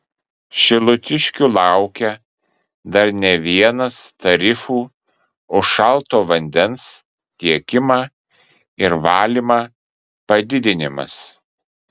šilutiškių laukia dar ne vienas tarifų už šalto vandens tiekimą ir valymą padidinimas